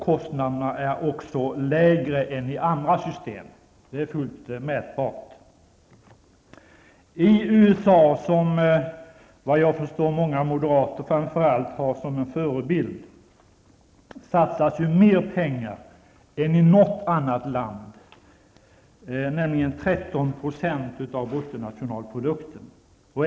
Kostnaderna är också lägre än i andra system. Det är fullt mätbart. I USA -- som jag förstår att många moderater har som förebild -- satsas mer pengar än i något annat land på sjukvården, nämligen 13 % av bruttonationalprodukten.